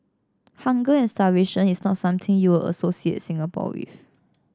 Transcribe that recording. hunger and starvation is not something you'll associate Singapore with